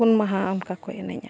ᱯᱩᱱ ᱢᱟᱦᱟ ᱚᱱᱠᱟ ᱠᱚ ᱮᱱᱮᱡᱼᱟ ᱟᱠᱚ